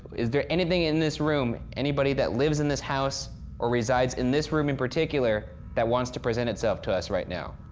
is there anything in this room, anybody that lives in this house or resides in this room in particular, that wants to present itself to us right now?